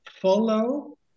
follow